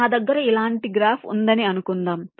నా దగ్గర ఇలాంటి గ్రాఫ్ ఉందని అనుకుందాం